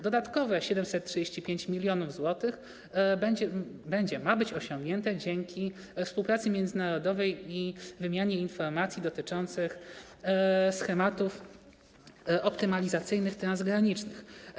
Dodatkowe 735 mln zł ma być osiągnięte dzięki współpracy międzynarodowej i wymianie informacji dotyczących schematów optymalizacyjnych transgranicznych.